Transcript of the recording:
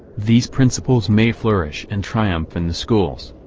these principles may flourish and triumph in the schools.